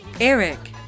Eric